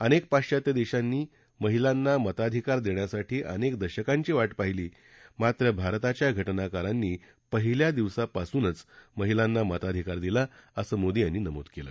अनेक पाश्वात्य देशांनी महिलांना मताधिकार देण्यासाठी अनेक दशकांची वा पाहिली मात्र भारताच्या घ जाकारांनी पहिल्या दिवसापासूनच महिलांना मताधिकार दिला असं मोदी यांनी नमूद केलं